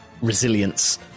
resilience